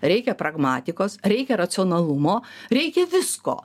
reikia pragmatikos reikia racionalumo reikia visko